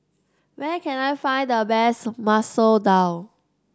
where can I find the best Masoor Dal